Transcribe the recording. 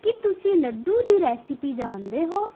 ਕੀ ਤੁਸੀਂ ਲੱਡੂ ਦੀ ਰੈਸਿਪੀ ਜਾਣਦੇ ਹੋ